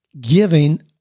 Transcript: giving